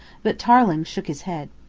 but tarling shook his head.